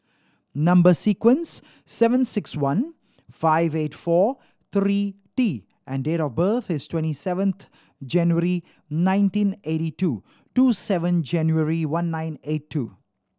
number sequence seven six one five eight four three T and date of birth is twenty seven January nineteen eighty two two seven January one nine eight two